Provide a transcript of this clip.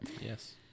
Yes